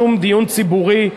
שום דיון ציבורי,